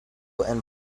and